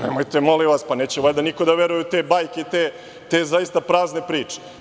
Nemojte molim vas, neće valjda niko da veruje u te bajke i te prazne priče.